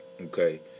Okay